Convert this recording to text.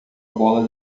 bola